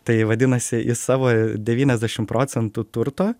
tai vadinasi jis savo devyniasdešim procentų turto